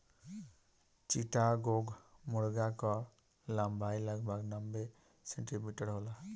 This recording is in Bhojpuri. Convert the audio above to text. चिट्टागोंग मुर्गा कअ लंबाई लगभग नब्बे सेंटीमीटर होला